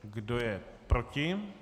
Kdo je proti?